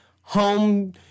home